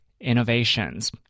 innovations